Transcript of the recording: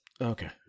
Okay